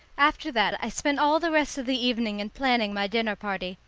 after that i spent all the rest of the evening in planning my dinner-party,